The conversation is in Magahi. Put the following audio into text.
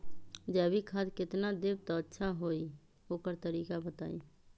जैविक खाद केतना देब त अच्छा होइ ओकर तरीका बताई?